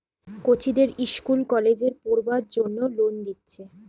কচিদের ইস্কুল কলেজে পোড়বার জন্যে লোন দিচ্ছে